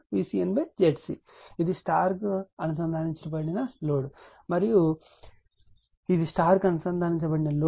మరియు ఇది స్టార్ గా అనుసంధానించబడిన లోడ్ మరియు ఇది స్టార్ గా అనుసంధానించబడిన లోడ్